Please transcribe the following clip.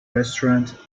restaurant